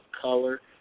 color